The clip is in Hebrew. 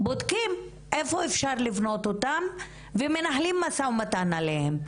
בודקים איפה אפשר לבנות אותם ומנהלים משא ומתן עליהם,